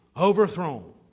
overthrown